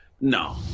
No